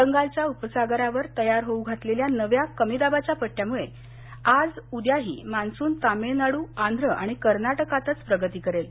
बंगालच्या उपसागरावर तयार होऊ घातलेल्या नव्या कमीदाबाच्या पट्टयामुळे आज उद्याही मान्सून तामिळनाडू आंध्र आणि कर्नाटकातच प्रगती करेल